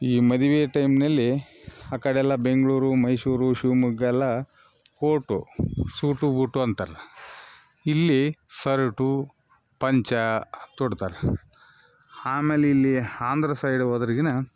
ಈ ಮದುವೆ ಟೈಮ್ನಲ್ಲಿ ಆ ಕಡೆ ಎಲ್ಲ ಬೆಂಗಳೂರು ಮೈಸೂರು ಶಿವಮೊಗ್ಗ ಎಲ್ಲ ಕೋಟು ಸೂಟು ಬೂಟು ಅಂತಾರೆ ಇಲ್ಲಿ ಸರ್ಟು ಪಂಚೆ ತೊಡ್ತಾರೆ ಆಮೇಲ್ ಇಲ್ಲಿ ಆಂಧ್ರ ಸೈಡ್ ಹೋದ್ರೆಗಿನ